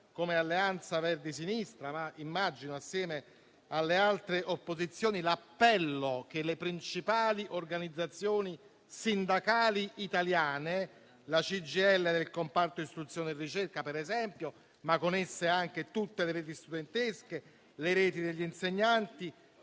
come Alleanza Verdi e Sinistra, ma immagino assieme alle altre opposizioni, l'appello delle principali organizzazioni sindacali italiane (ad esempio, la CGIL del comparto istruzione e ricerca), e con esse anche di tutte le reti studentesche e le reti degli insegnanti,